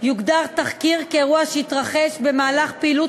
יוגדר תחקיר כאירוע שהתרחש במהלך פעילות